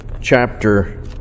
chapter